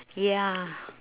ya